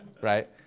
right